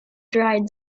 dried